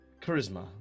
charisma